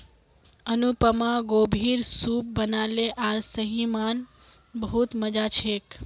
अनुपमा गोभीर सूप बनाले आर सही म न बहुत मजा छेक